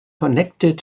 connected